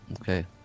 Okay